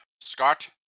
scott